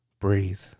Breathe